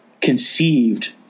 conceived